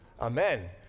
Amen